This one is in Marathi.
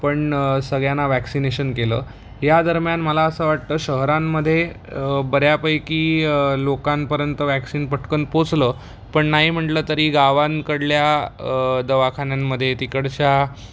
आपण सगळ्यांना वॅक्सिनेशन केलं या दरम्यान मला असं वाटतं शहरांमध्ये बऱ्यापैकी लोकांपर्यंत वॅक्सिन पटकन पोचलं पण नाही म्हणलं तरी गावांकडल्या दवाखान्यांमध्ये तिकडच्या